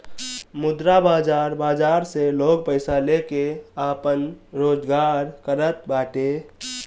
मुद्रा बाजार बाजार से लोग पईसा लेके आपन रोजगार करत बाटे